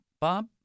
Bob